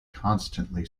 constantly